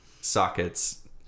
sockets